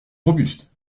robuste